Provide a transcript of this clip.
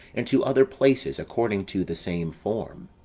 and to other places, according to the same form.